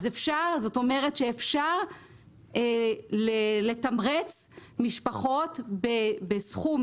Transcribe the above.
זאת אומרת שאפשר לתמרץ משפחות בסכום,